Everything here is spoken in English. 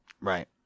Right